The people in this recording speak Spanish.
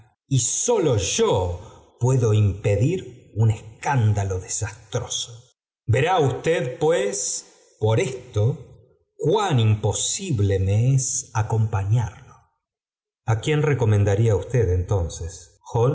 y sólo yo puedo impedir un escándalo desastroso verá usted pues por esto cuán imposible me es acompañarlo a quién recomendaría usted entonces